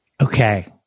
Okay